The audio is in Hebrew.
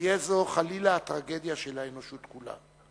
תהיה זו חלילה הטרגדיה של האנושות כולה.